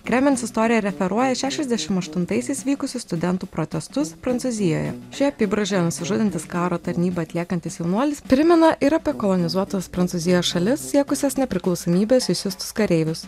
kremens istorija referuoja į šešiasdešim aštuntaisiais vykusių studentų protestus prancūzijoje šioje apybraižoje nusižudantis karo tarnybą atliekantis jaunuolis primena ir apie kolonizuotos prancūzijos šalis siekusias nepriklausomybės išsiųstus kareivius